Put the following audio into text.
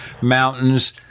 mountains